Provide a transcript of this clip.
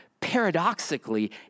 paradoxically